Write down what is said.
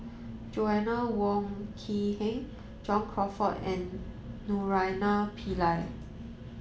Joanna Wong Quee Heng John Crawfurd and Naraina Pillai